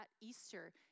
Easter